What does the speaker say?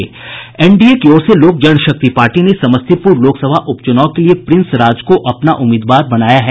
NDA की ओर से लोक जनशक्ति पार्टी ने समस्तीपूर लोकसभा उपचूनाव के लिए प्रिंस राज को अपना उम्मीदवार बनाया है